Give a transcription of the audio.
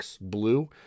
blue